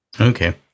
Okay